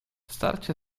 starcie